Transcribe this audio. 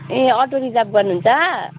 ए auto reserve गर्नुहुन्छ